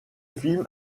film